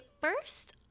first